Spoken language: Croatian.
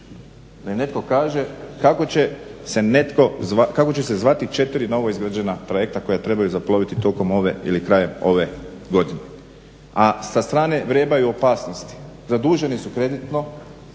da im netko kaže kako će se zvati 4 novoizgrađena trajekta koji trebaju zaploviti tokom ove ili krajem ove godine. A sa strane vrebaju opasnosti. Zaduženi su kreditno,